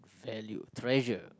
valued treasure